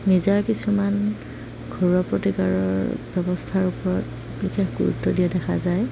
নিজা কিছুমান ঘৰুৱা প্ৰতিকাৰৰ ব্যৱস্থাৰ ওপৰত বিশেষ গুৰুত্ব দিয়া দেখা যায়